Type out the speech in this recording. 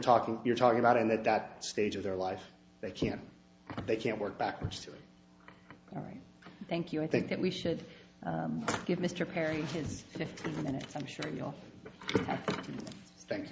talking you're talking about and at that stage of their life they can't they can't work backwards through it all right thank you i think that we should give mr perry his fifteen minutes i'm sure you'll thin